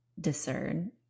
discern